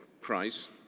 price